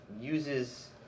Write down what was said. uses